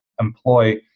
employ